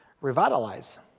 revitalize